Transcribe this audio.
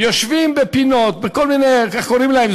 יושבים בפינות, בכל מיני, איך קוראים להן?